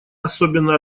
особенно